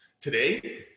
Today